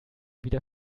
wieder